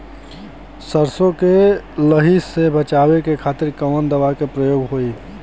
सरसो के लही से बचावे के खातिर कवन दवा के प्रयोग होई?